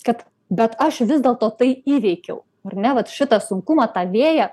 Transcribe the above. kad bet aš vis dėlto tai įveikiau ar ne vat šitą sunkumą tą vėją